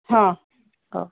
ହଁ ହଉ